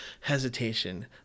hesitation